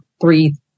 three